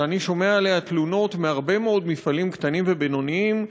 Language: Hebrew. שאני שומע עליה תלונות מהרבה מאוד מפעלים קטנים ובינוניים,